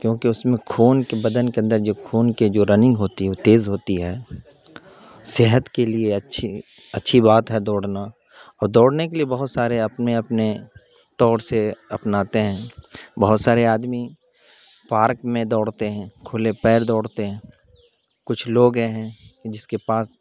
کیونکہ اس میں خون کے بدن کے اندر جو خون کے جو رننگ ہوتی ہے وہ تیز ہوتی ہے صحت کے لیے اچھی اچھی بات ہے دوڑنا اور دوڑنے کے لیے بہت سارے اپنے اپنے طور سے اپناتے ہیں بہت سارے آدمی پارک میں دوڑتے ہیں کھلے پیر دوڑتے ہیں کچھ لوگے ہیں جس کے پاس